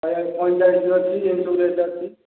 ଶହେ ପଇଁଚାଳିଶ ବି ଅଛି ଏମିତି ସବୁ ରେଟ୍ ଅଛି